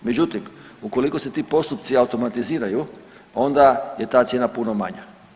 Međutim, ukoliko se ti postupci automatiziraju onda je ta cijena puno manja.